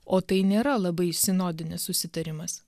o tai nėra labai sinodinis susitarimas